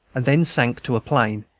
and then sank to a plain,